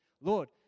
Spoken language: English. Lord